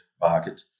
market